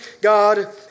God